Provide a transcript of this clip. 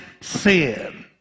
sin